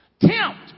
Tempt